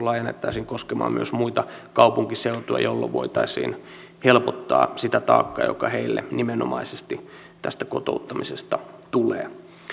laajennettaisiin koskemaan myös muita kaupunkiseutuja jolloin voitaisiin helpottaa sitä taakkaa joka heille nimenomaisesti tästä kotouttamisesta tulee